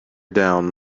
down